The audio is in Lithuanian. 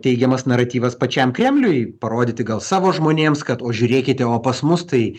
teigiamas naratyvas pačiam kremliui parodyti gal savo žmonėms kad o žiūrėkite o pas mus tai